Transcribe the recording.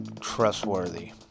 trustworthy